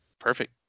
Perfect